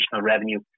revenue